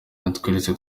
yatweretse